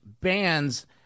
bands